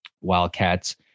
Wildcats